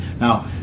Now